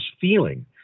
feeling